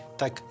tak